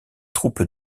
troupes